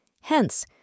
Hence